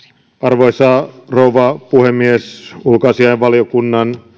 arvoisa rouva puhemies ulkoasiainvaliokunnan